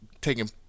taking